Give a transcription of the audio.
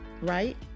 right